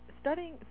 studying